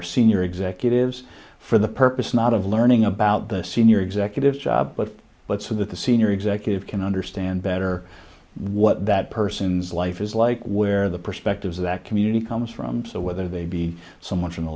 our senior executives for the purpose not of learning about the senior executive job but what's so that the senior executive can understand better what that person's life is like where the perspectives of that community comes from so whether they be so